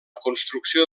construcció